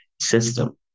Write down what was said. system